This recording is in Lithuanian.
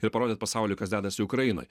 ir parodyt pasauliui kas dedasi ukrainoj